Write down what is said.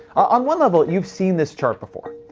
on one level, you've seen this chart before.